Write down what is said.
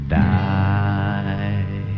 die